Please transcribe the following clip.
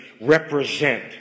represent